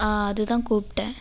ஆ அது தான் கூப்பிட்டேன்